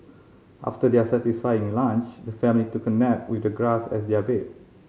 after their satisfying lunch the family took a nap with the grass as their bed